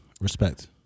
Respect